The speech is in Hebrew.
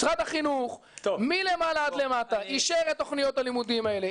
משרד החינוך מלמעלה עד למטה אישר את תכניות הלימודים האלה,